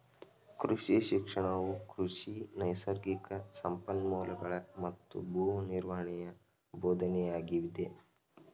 ಕೃಷಿ ಶಿಕ್ಷಣವು ಕೃಷಿ ನೈಸರ್ಗಿಕ ಸಂಪನ್ಮೂಲಗಳೂ ಮತ್ತು ಭೂ ನಿರ್ವಹಣೆಯ ಬೋಧನೆಯಾಗಿದೆ